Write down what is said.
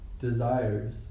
desires